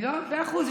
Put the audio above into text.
מאה אחוז.